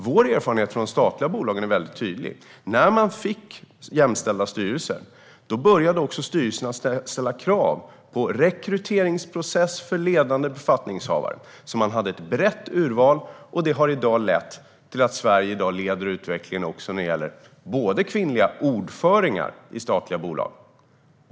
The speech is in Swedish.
Vår erfarenhet från de statliga bolagen är alltså väldigt tydlig: När man fick jämställda styrelser började också styrelserna att ställa krav på rekryteringsprocesserna för ledande befattningshavare så att man fick ett brett urval. Detta har i dag lett till att Sverige leder utvecklingen även när det gäller kvinnliga ordförande i statliga bolag.